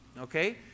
okay